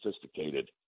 sophisticated